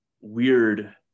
weird